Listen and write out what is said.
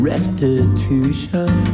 Restitution